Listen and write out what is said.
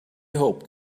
hoped